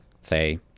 say